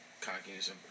cockiness